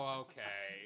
okay